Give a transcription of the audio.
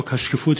חוק השקיפות,